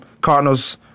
Cardinals